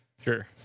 Sure